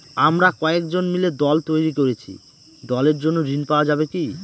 আমরা কয়েকজন মিলে দল তৈরি করেছি দলের জন্য ঋণ পাওয়া যাবে কি?